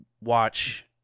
watch